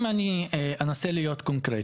אם אני אנסה להיות קונקרטי,